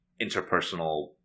interpersonal